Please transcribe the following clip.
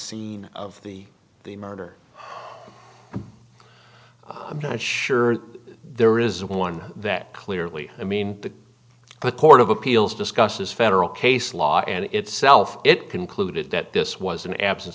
scene of the the murder i'm not sure there is one that clearly i mean the court of appeals discusses federal case law and itself it concluded that this was an absence